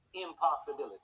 impossibility